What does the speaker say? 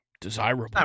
desirable